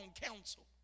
counsel